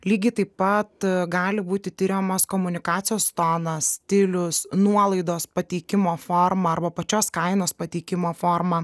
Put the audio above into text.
lygiai taip pat gali būti tiriamos komunikacijos tonas stilius nuolaidos pateikimo forma arba pačios kainos pateikimo forma